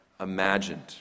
imagined